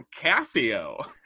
casio